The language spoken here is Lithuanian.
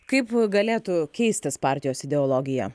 kaip galėtų keistis partijos ideologija